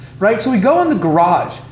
right? so we go in the garage.